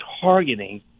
targeting